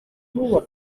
ngo